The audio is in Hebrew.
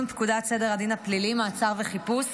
פקודת סדר הדין הפלילי (מעצר וחיפוש)